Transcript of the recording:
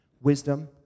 wisdom